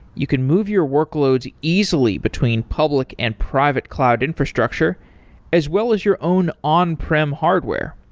you can move your workloads easily between public and private cloud infrastructure as well as your own on-prim hardware.